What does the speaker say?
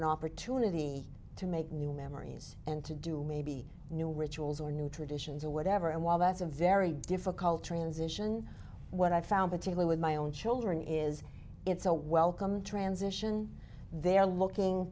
an opportunity to make new memories and to do maybe new rituals or new traditions or whatever and while that's a very difficult transition what i found particularly with my own children is it's a welcome transition they're looking